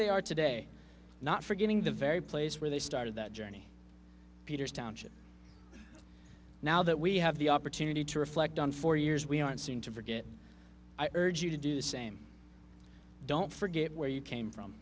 they are today not forgetting the very place where they started that journey peters township now that we have the opportunity to reflect on four years we aren't seeing to forget i urge you to do the same don't forget where you came from